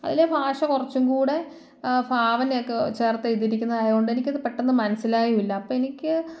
അതിലെ ഭാഷ കുറച്ചും കൂടെ ഭാവനയൊക്കെ ചേർത്ത് എഴുതിയിരിക്കുന്നതായത് കൊണ്ട് എനിക്കത് പെട്ടെന്ന് മനസ്സിലായുമില്ല അപ്പം എനിക്ക്